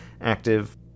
active